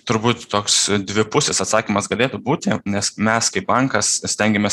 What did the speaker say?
turbūt toks dvipusis atsakymas galėtų būti nes mes kaip bankas stengiamės